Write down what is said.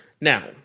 Now